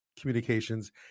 communications